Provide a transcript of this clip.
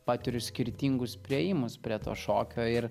patiriu skirtingus priėjimus prie to šokio ir